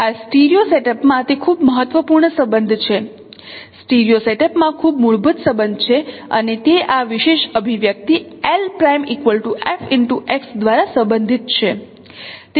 આ stereo setup માં તે ખૂબ જ મહત્વપૂર્ણ સંબંધ છે સ્ટીરિયો સેટઅપમાં ખૂબ મૂળભૂત સંબંધ છે અને તે આ વિશેષ અભિવ્યક્તિ દ્વારા સંબંધિત છે